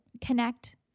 connect